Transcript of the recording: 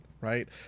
right